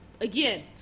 Again